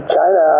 China